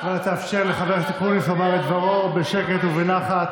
אבל תאפשר לחבר הכנסת אקוניס לומר את דברו בשקט ובנחת.